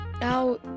now